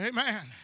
Amen